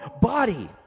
body